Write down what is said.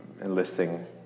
enlisting